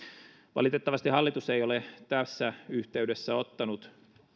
valitettavasti hallitus ei ole tässä yhteydessä ottanut